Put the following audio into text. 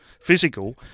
physical